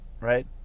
right